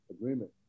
agreement